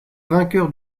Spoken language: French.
vainqueur